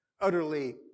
utterly